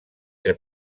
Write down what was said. que